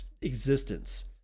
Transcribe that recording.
existence